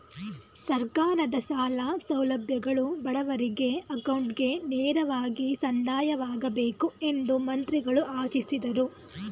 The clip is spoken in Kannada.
ಸರ್ಕಾರದ ಸಾಲ ಸೌಲಭ್ಯಗಳು ಬಡವರಿಗೆ ಅಕೌಂಟ್ಗೆ ನೇರವಾಗಿ ಸಂದಾಯವಾಗಬೇಕು ಎಂದು ಮಂತ್ರಿಗಳು ಆಶಿಸಿದರು